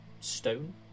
stone